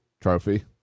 trophy